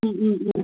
ம் ம் ம்